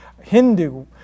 Hindu